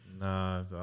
No